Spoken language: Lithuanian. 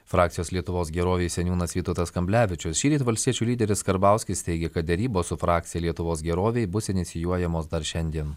frakcijos lietuvos gerovei seniūnas vytautas kamblevičius šįryt valstiečių lyderis karbauskis teigia kad derybos su frakcija lietuvos gerovei bus inicijuojamos dar šiandien